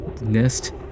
nest